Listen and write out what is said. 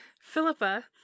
Philippa